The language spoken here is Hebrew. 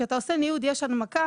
כשאתה עושה ניוד יש הנמקה,